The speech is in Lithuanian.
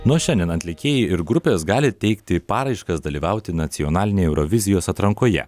nuo šiandien atlikėjai ir grupės gali teikti paraiškas dalyvauti nacionalinėj eurovizijos atrankoje